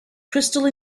crystal